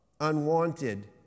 unwanted